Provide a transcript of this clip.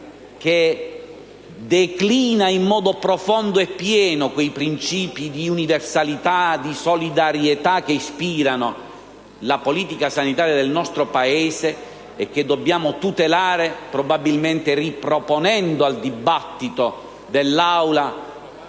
che declina in modo profondo e pieno quei principi di universalità, di solidarietà, che ispirano la politica sanitaria del nostro Paese e che dobbiamo tutelare, probabilmente riproponendo al dibattito dell'Assemblea